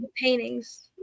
paintings